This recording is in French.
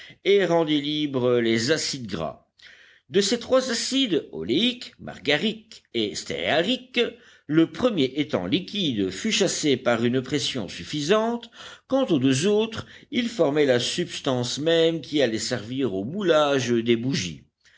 et rendit libres les acides gras de ces trois acides oléique margarique et stéarique le premier étant liquide fut chassé par une pression suffisante quant aux deux autres ils formaient la substance même qui allait servir au moulage des bougies